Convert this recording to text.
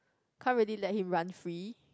can't really let him run free